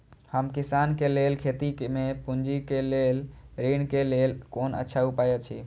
हम किसानके लेल खेती में पुंजी के लेल ऋण के लेल कोन अच्छा उपाय अछि?